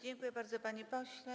Dziękuję bardzo, panie pośle.